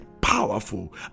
powerful